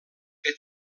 que